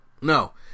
No